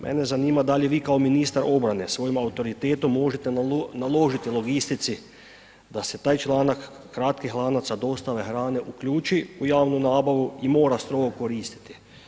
Mene zanima da li vi kao ministar obrane svojim autoritetom možete naložiti logistici da se taj članak, kratkih lanaca dostave hrane uključi u javnu nabavu i mora strogo koristiti?